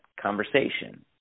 conversation